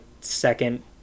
second